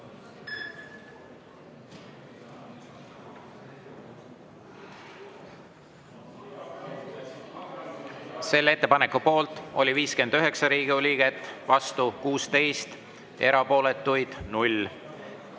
Selle ettepaneku poolt oli 59 Riigikogu liiget, vastu 16, erapooletuid 0.